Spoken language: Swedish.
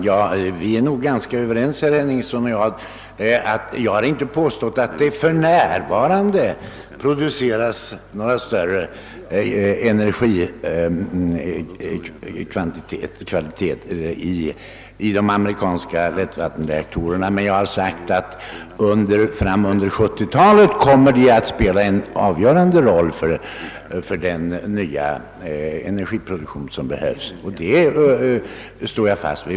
Herr talman! Herr Henningsson och jag är nog ganska överens. Jag har inte påstått att det för närvarande produceras några större energikvantiteter i de amerikanska lättvattenreaktorerna, men jag har sagt att de under 1970 talet kommer att spela en avgörande roll för den nya energiproduktion som behövs. Detta står jag fast vid.